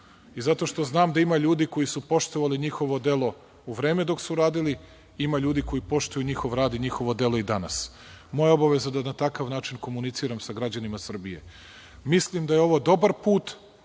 i zato što znam da ima ljudi koji su poštovali njihovo delo u vreme dok su radili i ima ljudi koji poštuju njihov rad i njihovo delo i danas. Moja je obaveza da na takav način komuniciram sa građanima Srbije. Mislim da je ovo dobar put.